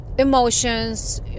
emotions